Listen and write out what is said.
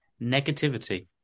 Negativity